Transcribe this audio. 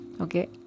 okay